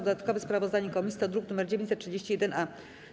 Dodatkowe sprawozdanie komisji to druk nr 931-A.